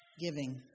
giving